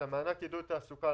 את מענק עידוד תעסוקה,